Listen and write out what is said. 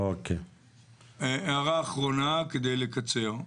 הערה אחרונה כדי לקצר.